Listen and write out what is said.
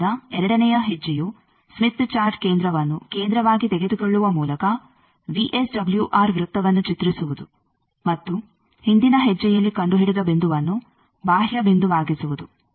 ಆದ್ದರಿಂದ ಎರಡನೆಯ ಹೆಜ್ಜೆಯು ಸ್ಮಿತ್ ಚಾರ್ಟ್ ಕೇಂದ್ರವನ್ನು ಕೇಂದ್ರವಾಗಿ ತೆಗೆದುಕೊಳ್ಳುವ ಮೂಲಕ ವಿಎಸ್ಡಬ್ಲ್ಯೂಆರ್ ವೃತ್ತವನ್ನು ಚಿತ್ರಿಸುವುದು ಮತ್ತು ಹಿಂದಿನ ಹೆಜ್ಜೆಯಲ್ಲಿ ಕಂಡುಹಿಡಿದ ಬಿಂದುವನ್ನು ಬಾಹ್ಯ ಬಿಂದುವಾಗಿಸುವುದು